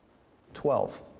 twelve,